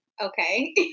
okay